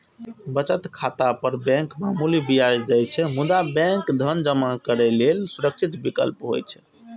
बचत खाता पर बैंक मामूली ब्याज दै छै, मुदा बैंक धन जमा करै लेल सुरक्षित विकल्प होइ छै